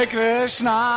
Krishna